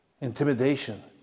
Intimidation